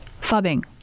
Fubbing